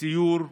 בסיור בנגב.